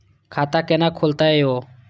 खाता केना खुलतै यो